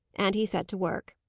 and he set to work.